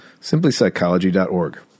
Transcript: Simplypsychology.org